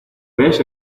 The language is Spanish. ves